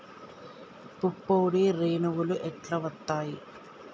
పుప్పొడి రేణువులు ఎట్లా వత్తయ్?